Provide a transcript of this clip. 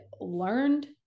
learned